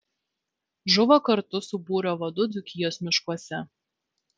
žuvo kartu su būrio vadu dzūkijos miškuose